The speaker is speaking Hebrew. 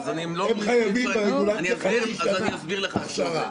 הם חייבים ברגולציה חצי שנה הכשרה,